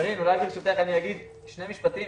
קארין, אולי ברשותך אני אגיד שני משפטים.